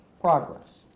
progress